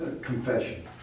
Confession